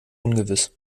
ungewiss